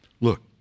Look